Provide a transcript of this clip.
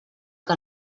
que